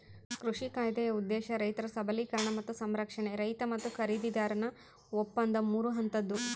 ಕೃಷಿ ಕಾಯ್ದೆಯ ಉದ್ದೇಶ ರೈತರ ಸಬಲೀಕರಣ ಮತ್ತು ಸಂರಕ್ಷಣೆ ರೈತ ಮತ್ತು ಖರೀದಿದಾರನ ಒಪ್ಪಂದ ಮೂರು ಹಂತದ್ದು